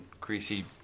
greasy